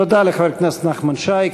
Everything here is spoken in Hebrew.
תודה לחבר הכנסת נחמן שי.